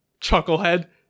chucklehead